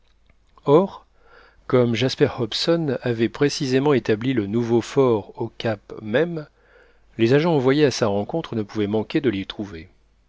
or comme jasper hobson avait précisément établi le nouveau fort au cap même les agents envoyés à sa rencontre ne pouvaient manquer de l'y trouver